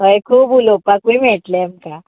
हय खूप उलोपाकूय मेळयटलें आमकां